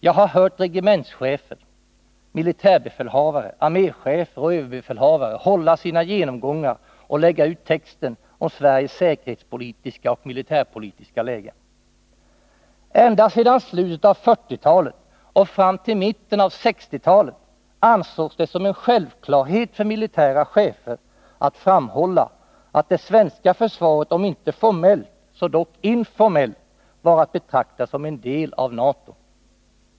Jag har hört regementschefer, militärbefälhavare, arméchefer och överbefälhavare hålla sina genomgångar och lägga ut texten om Sveriges säkerhetspolitiska och militärpolitiska läge. Ända sedan slutet av 1940-talet och fram till mitten av 1960-talet ansågs det som en självklarhet för militära chefer att framhålla att det svenska försvaret, 53 om inte formellt så dock informellt, var att betrakta som en del av NATO.